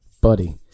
buddy